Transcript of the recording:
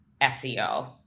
SEO